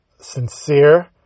sincere